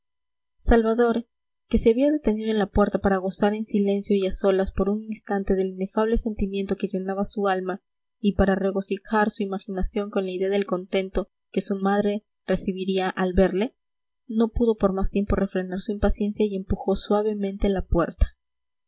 salvador que se había detenido en la puerta para gozar en silencio y a solas por un instante del inefable sentimiento que llenaba su alma y para regocijar su imaginación con la idea del contento que su madre recibiría al verle no pudo por más tiempo refrenar su impaciencia y empujó suavemente la puerta